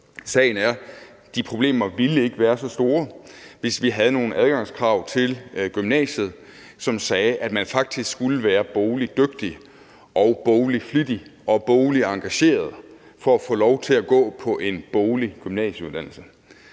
Sagen er, at de problemer ikke ville være så store, hvis vi havde nogle adgangskrav til gymnasiet, som sagde, at man faktisk skulle være bogligt dygtig og bogligt flittig og bogligt engageret for at få lov til at gå på en boglig gymnasieuddannelse.